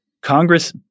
Congress